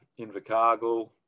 Invercargill